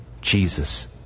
Jesus